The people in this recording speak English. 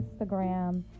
Instagram